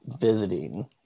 visiting